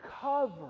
cover